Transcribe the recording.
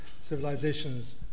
civilizations